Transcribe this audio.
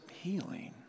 healing